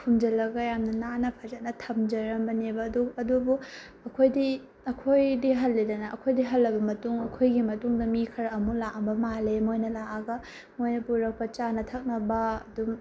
ꯐꯨꯝꯖꯜꯂꯒ ꯌꯥꯝꯅ ꯅꯥꯟꯅ ꯐꯖꯅ ꯊꯝꯖꯔꯝꯕꯅꯦꯕ ꯑꯗꯨꯕꯨ ꯑꯩꯈꯣꯏꯗꯤ ꯍꯜꯂꯦꯗꯅ ꯑꯩꯈꯣꯏꯗꯤ ꯍꯜꯂꯕ ꯃꯇꯨꯡ ꯑꯩꯈꯣꯏꯒꯤ ꯃꯇꯨꯡꯗ ꯃꯤ ꯈꯔ ꯑꯃꯨꯛ ꯂꯥꯛꯑꯝꯕ ꯃꯥꯜꯂꯦ ꯃꯣꯏꯅ ꯂꯥꯛꯑꯒ ꯃꯣꯏꯅ ꯄꯨꯔꯛꯄ ꯆꯥꯅ ꯊꯛꯅꯕ ꯑꯗꯨꯝ